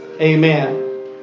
Amen